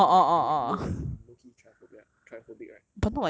I I I'm like I'm like low key I'm lowkey trypophobia trypophobic right